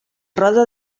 roda